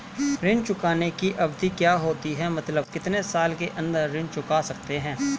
ऋण चुकाने की अवधि क्या होती है मतलब कितने साल के अंदर ऋण चुका सकते हैं?